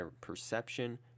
perception